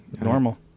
normal